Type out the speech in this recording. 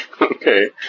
Okay